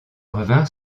revinrent